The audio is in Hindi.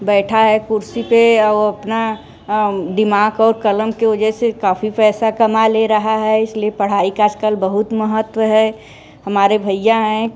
बैठा है कुर्सी पे वो अपना दिमाग और कलम के वजह से काफ़ी पैसा कमा ले रहा है इसलिए पढ़ाई का आजकल बहुत महत्व है हमारे भैया हैं